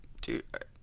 dude